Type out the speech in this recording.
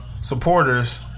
supporters